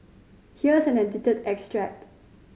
here is an edited extract